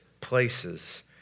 places